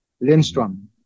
Lindstrom